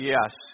Yes